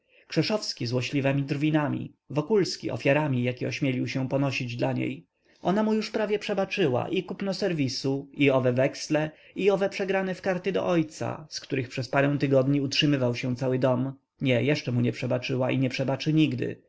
krzeszowski złośliwemi drwinami wokulski ofiarami jakie ośmielił się ponosić dla niej ona mu już prawie przebaczyła i kupno serwisu i owe weksle i owe przegrane w karty do ojca z których przez parę tygodni utrzymywał się cały dom nie jeszcze mu nie przebaczyła i nie przebaczy nigdy